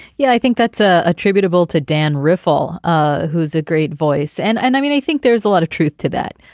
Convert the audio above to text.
yeah i think that's ah attributable to dan riffle ah who's a great voice and and i mean i think there's a lot of truth to that.